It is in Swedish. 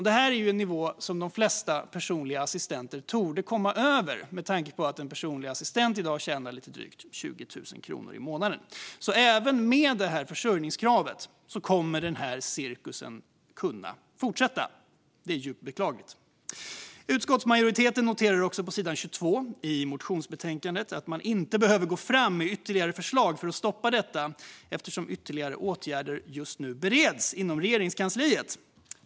Detta är en nivå som de flesta personliga assistenter torde komma över med tanke på att en personlig assistent i dag tjänar drygt 20 000 kronor i månaden. Även med försörjningskravet kommer alltså den här cirkusen att kunna fortsätta. Det är djupt beklagligt. Utskottsmajoriteten noterar också på sidan 22 i motionsbetänkandet att man inte behöver gå fram med ytterligare förslag för att stoppa detta eftersom ytterligare åtgärder just nu bereds inom Regeringskansliet.